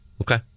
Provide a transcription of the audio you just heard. Okay